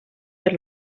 per